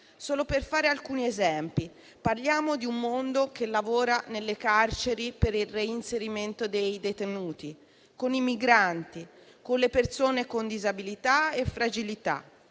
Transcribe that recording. Solo per fare alcuni esempi, parliamo di un mondo che lavora nelle carceri per il reinserimento dei detenuti, con i migranti, con le persone con disabilità e fragilità.